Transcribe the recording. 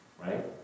right